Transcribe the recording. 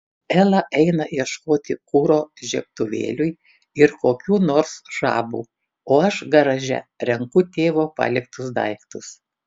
ela eina ieškoti kuro žiebtuvėliui ir kokių nors žabų o aš garaže renku tėvo paliktus daiktus